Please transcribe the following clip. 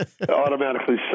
automatically